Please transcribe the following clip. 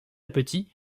petit